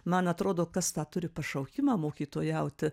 man atrodo kas tą turi pašaukimą mokytojauti